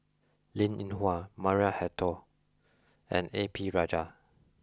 Linn In Hua Maria Hertogh and A P Rajah